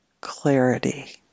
clarity